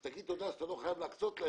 תגיד תודה שאתה לא חייב להקצות להם